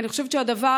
אני חושבת שהדבר